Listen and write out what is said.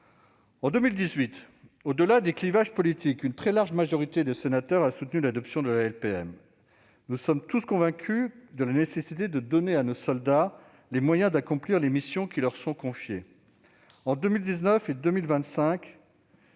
En 2018, au-delà des clivages politiques, une très large majorité de sénateurs a soutenu l'adoption de la LPM. Nous sommes tous convaincus de la nécessité de donner à nos soldats les moyens d'accomplir les missions qui leur sont confiées. Depuis 2019,